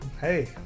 Hey